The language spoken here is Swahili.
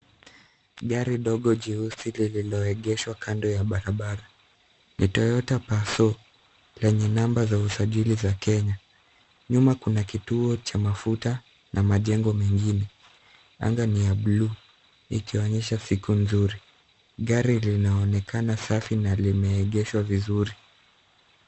Gari dogo jeusi lililoegeshwa kando ya barabara, ni Toyota Passo, lenye namba za usajili za Kenya. Nyuma kuna kituo cha mafuta na majengo mengine. Anga ni ya bluu ikionyesha siku nzuri. Gari linaonekana safi na limeegeshwa vizuri.